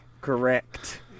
Correct